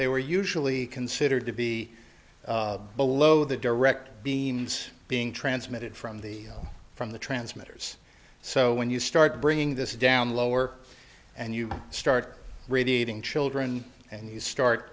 they were usually considered to be below the direct the means being transmitted from the from the transmitters so when you start bringing this down lower and you start radiating children and you start